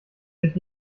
sich